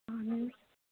اہن حظ